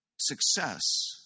Success